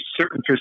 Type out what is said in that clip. certain